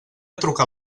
trucar